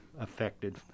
affected